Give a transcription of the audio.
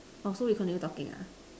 oh so we continue talking ah